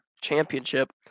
championship